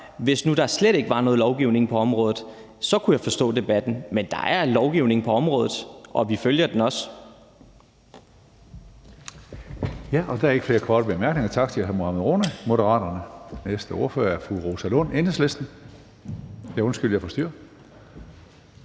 Hvis nu der slet ikke var noget lovgivning på området, kunne jeg forstå debatten, men der er lovgivning på området, og vi følger den også.